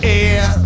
air